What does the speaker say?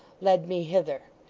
led me hither,